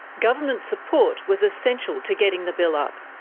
government support was essential to getting the bill up.